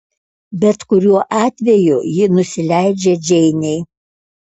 bet kuriuo atveju ji nusileidžia džeinei